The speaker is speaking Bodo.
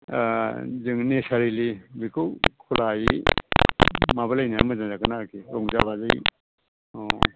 जों नेचारेलि बेखौ खुलायै माबालायनायानो मोजां जागोन आरोकि रंजा बाजायै अ